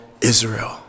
Israel